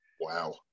Wow